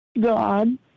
God